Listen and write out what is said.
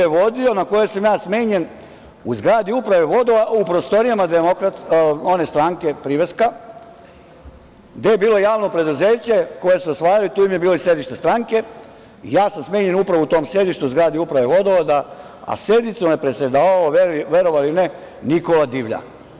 Sednicu na kojoj sam smenjen vodio je u zgradi Uprave vodovoda, u prostorijama stranke priveska, gde je bilo javno preduzeće koje su osvajali tu im je bilo i sedište stranke, i ja sam smenjen upravo u tom sedištu u zgradi Uprave vodovoda, a sednicom je predsedavao, verovali ili ne, Nikola Divljak.